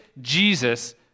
Jesus